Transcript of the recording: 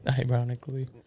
Ironically